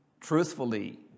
truthfully